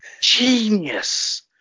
Genius